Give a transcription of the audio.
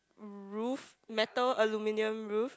roof metal aluminium roof